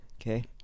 okay